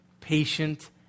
patient